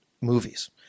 movies